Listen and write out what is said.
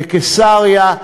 בקיסריה,